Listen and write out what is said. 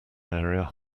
area